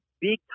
big